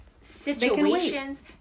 situations